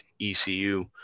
ECU